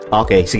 okay